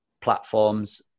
platforms